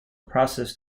processed